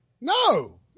No